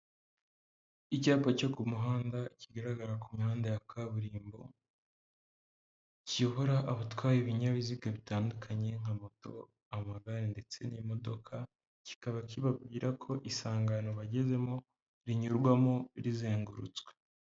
Icyapa cyo ku muhanda kigaragara ku mihanda ya kaburimbo, kiyobora abatwaye ibinyabiziga bitandukanye nka moto, amagare, ndetse n'imodoka, kikaba kibabwira ko isangano bagezemo rinyurwamo rizengurutswe.